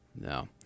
no